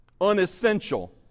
Unessential